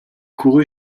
courut